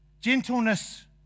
gentleness